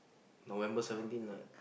November seventeen lah